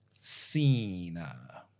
Cena